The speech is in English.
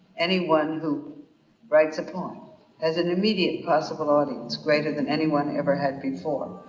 anyone who writes a poem has an immediate possible audience greater than anyone ever had before.